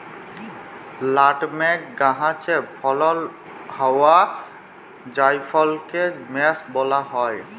nutmeg গাহাচে ফলল হউয়া জাইফলকে মেস ব্যলা হ্যয়